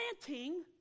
planting